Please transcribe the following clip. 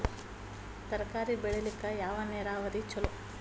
ತರಕಾರಿ ಬೆಳಿಲಿಕ್ಕ ಯಾವ ನೇರಾವರಿ ಛಲೋ?